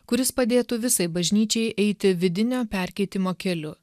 kuris padėtų visai bažnyčiai eiti vidinio perkeitimo keliu